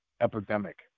epidemic